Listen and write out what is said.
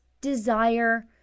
desire